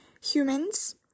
humans